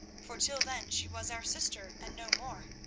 for till then she was our sister and no more.